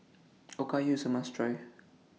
Okayu IS A must Try